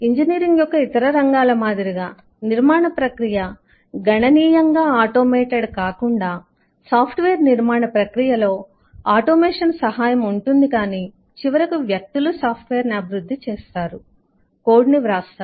engineering యొక్క ఇతర రంగాల మాదిరిగా నిర్మాణ ప్రక్రియ గణనీయంగా ఆటోమేటెడ్ కాకుండా సాఫ్ట్వేర్లో నిర్మాణ ప్రక్రియలో ఆటోమేషన్ సహాయం ఉంటుంది కాని చివరకు వ్యక్తులు సాఫ్ట్వేర్ను అభివృద్ధి చేస్తారు కోడ్ను వ్రాస్తారు